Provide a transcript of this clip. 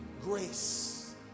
grace